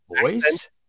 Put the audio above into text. voice